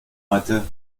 hatte